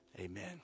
Amen